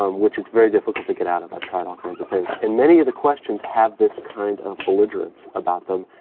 um which it's very difficult to get out of. i've tried all kinds of things. and many of the questions have this kind of belligerence about them.